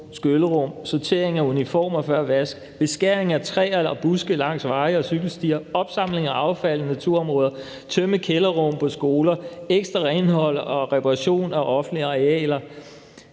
skyllerum, sortering af uniformer før vask, beskæring af træer eller buske langs veje og cykelstier, opsamling af affald i naturområder, tømme kælderrum på skoler, ekstra renhold og reparation af offentlige arealer,